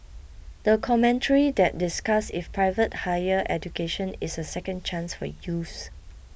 the commentary that discussed if private higher education is a second chance for youths